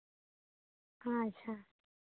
ᱟᱪᱪᱷᱟ